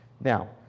Now